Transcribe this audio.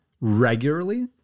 regularly